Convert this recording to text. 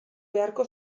beharko